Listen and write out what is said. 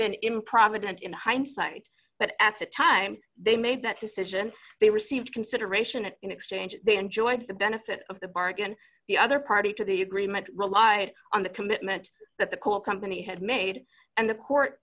been improvident in hindsight but at the time they made that decision they received consideration and in exchange they enjoyed the benefit of the bargain the other party to the agreement relied on the commitment that the coal company had made and the court